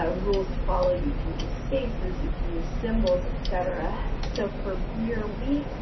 ah rules to follow. you can use spaces, you can use symbols, et cetera. so, for beerweek,